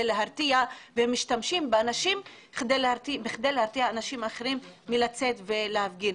להרתיע ומשתמשים באנשים אלה כדי להרתיע אנשים אחרים מלצאת ולהפגין.